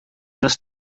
dass